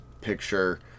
picture